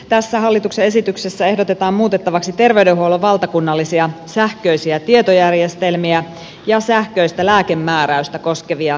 tässä hallituksen esityksessä ehdotetaan muutettavaksi terveydenhuollon valtakunnallisia sähköisiä tietojärjestelmiä ja sähköistä lääkemääräystä koskevia lakeja